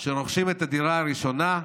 שרוכשים את הדירה הראשונה,